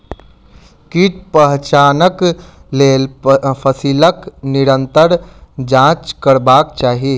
कीट पहचानक लेल फसीलक निरंतर जांच करबाक चाही